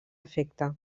efecte